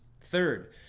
Third